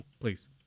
please